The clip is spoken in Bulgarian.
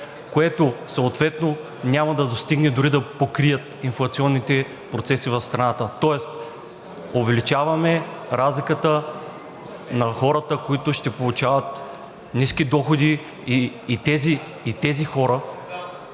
което съответно няма да достигне дори да покрие инфлационните процеси в страната. Тоест увеличаваме разликата на хората, които ще получават ниски доходи и тези хора